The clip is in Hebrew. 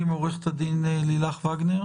עו"ד לילך וגנר